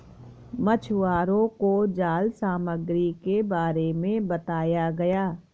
मछुवारों को जाल सामग्री के बारे में बताया गया